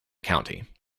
county